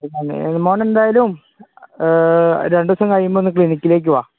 പിന്നെ മോൻ എന്തായാലും രണ്ടുദിവസം കഴിയുമ്പോൾ ഒന്ന് ക്ലിനിക്കിലേക്ക് വാ